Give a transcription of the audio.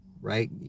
Right